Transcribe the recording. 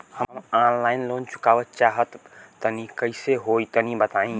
हम online loan चुकावल चाहऽ तनि कइसे होई तनि बताई?